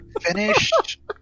finished